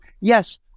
yes